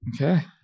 Okay